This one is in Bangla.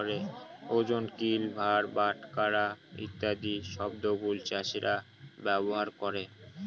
ওজন, কিল, ভার, বাটখারা ইত্যাদি শব্দগুলা চাষীরা ব্যবহার করে